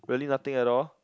really nothing at all